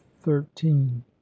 thirteen